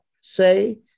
say